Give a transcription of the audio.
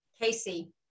Casey